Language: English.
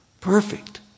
perfect